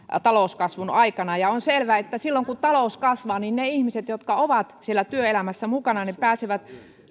talouskasvun aikana on selvää että silloin kun talous kasvaa niin ne ihmiset jotka ovat siellä työelämässä mukana pääsevät